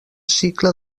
cicle